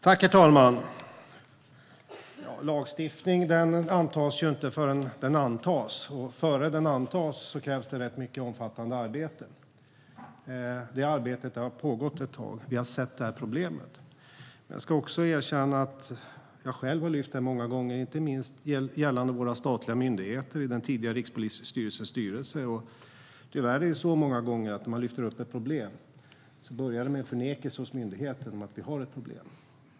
Herr talman! Lagstiftning antas inte förrän den antas. Innan den antas krävs det rätt mycket omfattande arbete. Det arbetet har pågått ett tag. Vi har sett det här problemet. Jag ska också erkänna att jag själv har lyft detta många gånger, inte minst gällande våra statliga myndigheter, i den tidigare Rikspolisstyrelsens styrelse. Tyvärr är det många gånger så att det när man lyfter upp ett problem börjar med en förnekelse hos myndigheten när det gäller att vi har ett problem.